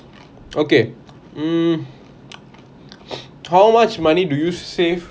okay um how much money do you save